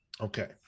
Okay